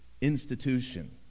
institution